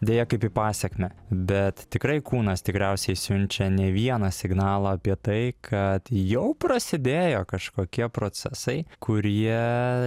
deja kaip į pasekmę bet tikrai kūnas tikriausiai siunčia ne vieną signalą apie tai kad jau prasidėjo kažkokie procesai kurie